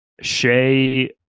Shea